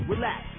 Relax